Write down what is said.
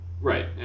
right